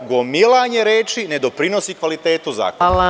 Gomilanje reči ne doprinosi kvalitetu zakona.